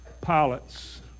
pilots